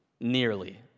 Nearly